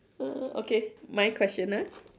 uh okay my question ah